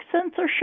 censorship